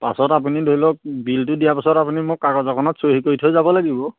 পাছত আপুনি ধৰি লওক বিলটো দিয়া পাছত আপুনি মোক কাগজ অকণত চহী কৰি থৈ যাব লাগিব